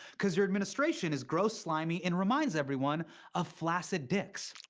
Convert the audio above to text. cause your administration is gross, slimy, and reminds everyone of flaccid dicks.